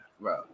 bro